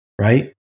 right